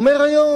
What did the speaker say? והוא אומר היום: